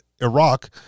Iraq